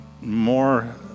more